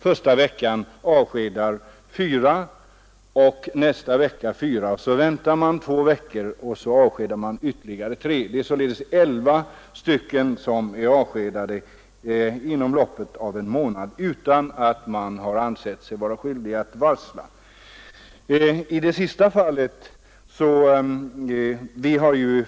Första veckan avskedade man fyra arbetare och följande vecka fyra, så väntade man två veckor och avskedade därefter ytterligare tre. Det är således elva arbetare som blivit avskedade inom loppet av en månad utan att man har ansett sig vara skyldig att varsla.